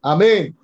Amen